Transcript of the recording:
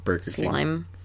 slime